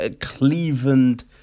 Cleveland